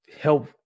help